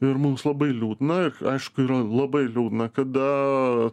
ir mums labai liūdna ir aišku yra labai liūdna kada